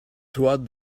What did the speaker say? toward